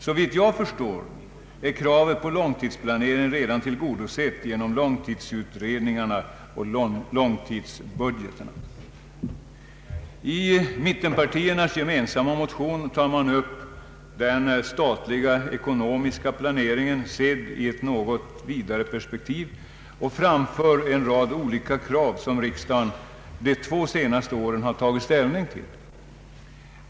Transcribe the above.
Såvitt jag förstår är kravet på långtidsplanering redan tillgodosett genom långtidsutredningarna och långtidsbudgeterna. I mittenpartiernas gemensamma motion tar man upp den statliga ekonomiska planeringen sedd i ett något vidare perspektiv och framför en rad olika krav som riksdagen de två senaste åren har tagit ställning till.